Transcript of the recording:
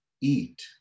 eat